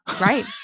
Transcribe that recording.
Right